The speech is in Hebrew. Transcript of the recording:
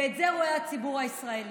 ואת זה רואה הציבור הישראלי.